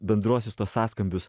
bendruosius tuos sąskambius